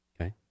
Okay